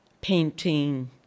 painting